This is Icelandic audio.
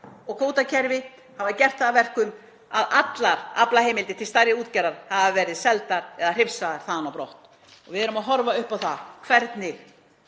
og kvótakerfi hafa gert það að verkum að allar aflaheimildir til stærri útgerðar hafa verið seldar eða hrifsaðar þaðan á brott. Við erum að horfa upp á það hvernig